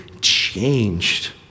changed